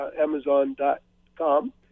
Amazon.com